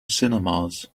cinemas